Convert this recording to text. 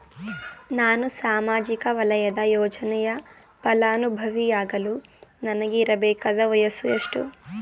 ನಾನು ಸಾಮಾಜಿಕ ವಲಯದ ಯೋಜನೆಯ ಫಲಾನುಭವಿ ಯಾಗಲು ನನಗೆ ಇರಬೇಕಾದ ವಯಸ್ಸು ಎಷ್ಟು?